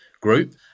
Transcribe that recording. group